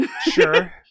Sure